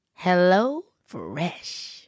HelloFresh